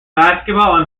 basketball